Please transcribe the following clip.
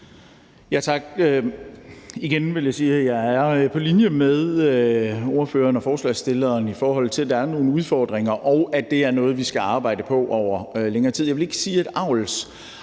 jeg er på linje med ordføreren og forslagsstilleren, i forhold til at der er nogle udfordringer og at det er noget, vi skal arbejde på over længere tid. Jeg vil ikke sige, at